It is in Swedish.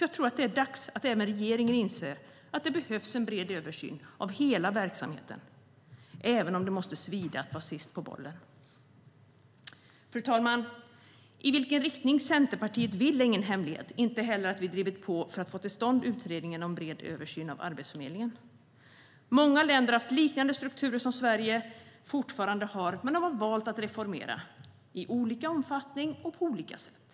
Jag tror att det är dags att även regeringen inser att det behövs en bred översyn av hela verksamheten, även om det måste svida att vara sist på bollen. Fru talman! Vilken riktning Centerpartiet vill gå i är ingen hemlighet, inte heller att vi har drivit på för att få till stånd utredningen om en bred översyn av Arbetsförmedlingen. Många länder har haft liknande strukturer som Sverige fortfarande har, men de har valt att reformera - i olika omfattning och på olika sätt.